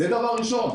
זה דבר ראשון.